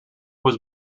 was